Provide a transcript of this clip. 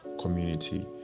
community